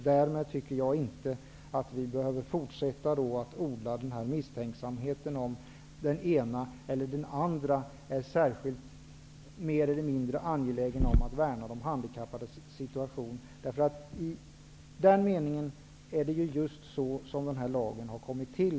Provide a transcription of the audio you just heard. Därmed tycker jag inte att vi behöver fortsätta att misstänka den ena eller den andra för att vara mindre angelägen om att värna de handikappade. Det är ju just för att värna de handikappade som lagen har kommit till.